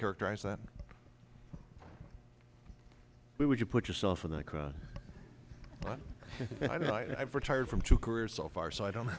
characterize that we would you put yourself in the cross but i've retired from two career so far so i don't know